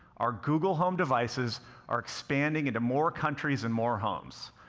our google home devices are expanding into more countries and more homes.